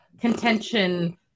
contention